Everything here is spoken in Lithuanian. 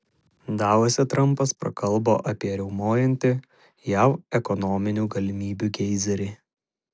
davose trampas prakalbo apie riaumojantį jav ekonominių galimybių geizerį